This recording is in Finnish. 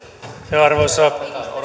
arvoisa